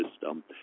system